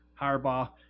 Harbaugh